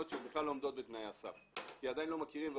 שבכלל לא עומדות בתנאי הסף כי עדיין לא מכירים.